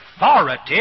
authority